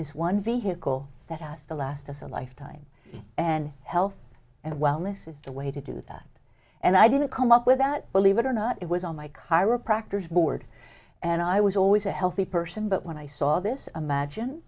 this one vehicle that has to last us a lifetime and health and wellness is the way to do that and i didn't come up with that believe it or not it was on my chiropractors board and i was always a healthy person but when i saw this imagine